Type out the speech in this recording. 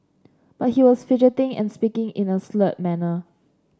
but he was fidgeting and speaking in a slurred manner